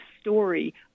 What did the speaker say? story